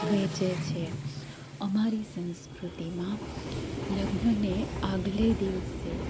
વેચે છે અમારી સંસ્કૃતિમાં લગ્નને આગલે દિવસે